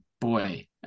boy